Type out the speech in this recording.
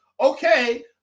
okay